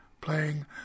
playing